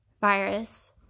virus